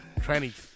Trannies